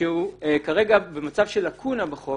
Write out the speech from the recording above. שהוא כרגע במצב של לקונה בחוק